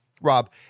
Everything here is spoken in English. Rob